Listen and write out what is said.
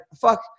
fuck